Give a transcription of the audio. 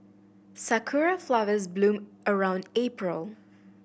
sakura flowers bloom around April